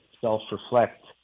self-reflect